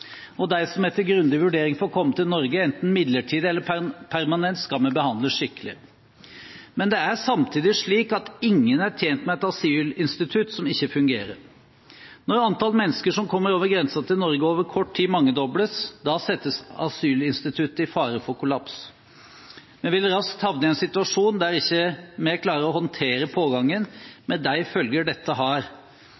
og de som etter grundig vurdering får komme til Norge, enten midlertidig eller permanent, skal vi behandle skikkelig. Men det er samtidig slik at ingen er tjent med et asylinstitutt som ikke fungerer. Når antall mennesker som kommer over grensen til Norge, over kort tid mangedobles, settes asylinstituttet i fare for kollaps. Vi vil raskt havne i en situasjon der vi ikke klarer å håndtere pågangen, med de følger dette har